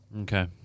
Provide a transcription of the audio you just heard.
Okay